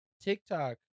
TikTok